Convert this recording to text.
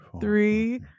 three